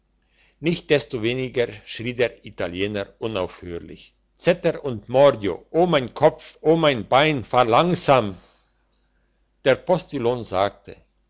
geschieht nichtsdestoweniger schrie der italiener unaufhörlich zetter und mordio o mein kopf o mein bein fahr langsam der postillion sagte